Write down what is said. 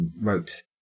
wrote